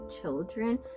children